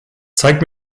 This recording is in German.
zeig